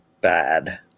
bad